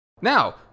Now